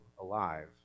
alive